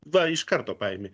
va iš karto paimi